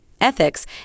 ethics